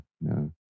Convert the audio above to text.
No